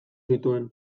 zituen